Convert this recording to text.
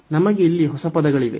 ನಮಗೆ ಇಲ್ಲಿ ಹೊಸ ಪದಗಳಿವೆ